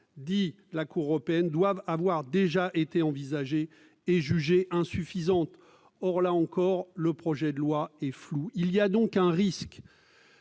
la Cour européenne, avoir déjà été envisagées et jugées insuffisantes. Or, sur ce point, le projet de loi est flou. Il y a donc un risque